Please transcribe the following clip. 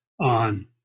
on